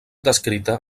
descrita